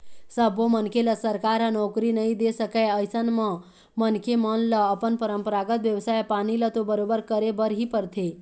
सब्बो मनखे ल सरकार ह नउकरी नइ दे सकय अइसन म मनखे मन ल अपन परपंरागत बेवसाय पानी ल तो बरोबर करे बर ही परथे